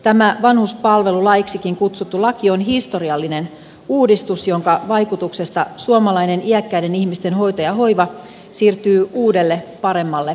tämä vanhuspalvelulaiksikin kutsuttu laki on historiallinen uudistus jonka vaikutuksesta suomalainen iäkkäiden ihmisten hoito ja hoiva siirtyy uudelle paremmalle aikakaudelle